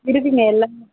இருக்குதுங்க எல்லாமே